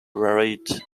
varied